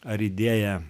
ar idėja